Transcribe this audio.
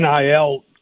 NIL